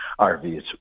RVs